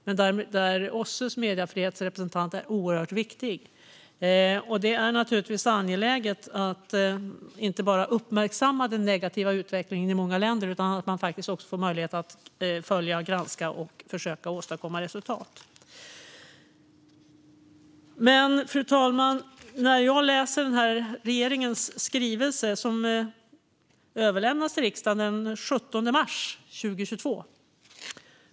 Men OSSE:s mediefrihetsrepresentant är oerhört viktig. Det är naturligtvis angeläget att man inte bara uppmärksammar den negativa utvecklingen i många länder utan faktiskt också får möjlighet att följa och granska den och försöka åstadkomma resultat. Fru talman! Regeringens skrivelse överlämnades till riksdagen den 17 mars 2022.